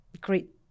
great